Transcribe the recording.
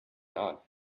not